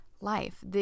Life